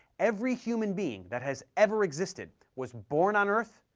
every human being that has ever existed was born on earth,